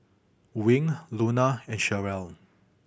Wing Luna and Cherelle